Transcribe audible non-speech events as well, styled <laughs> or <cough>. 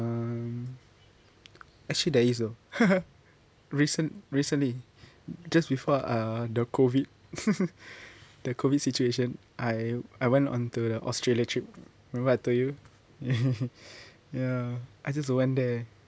actually there is though <laughs> recent~ recently just before uh the COVID <laughs> <breath> the COVID situation I I went on to the australia trip remember I told you <laughs> <breath> ya I just went there